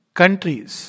countries